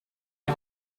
die